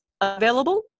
available